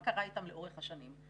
מה קרה אתם לאורך השנים.